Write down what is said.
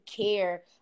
care